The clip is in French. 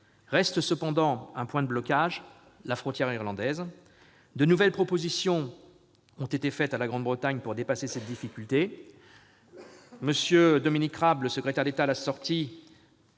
Reste cependant un point de blocage : la frontière irlandaise. De nouvelles propositions ont été faites à la Grande-Bretagne pour dépasser cette difficulté.